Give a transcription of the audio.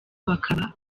bakaba